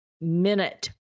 minute